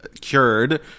cured